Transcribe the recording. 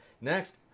next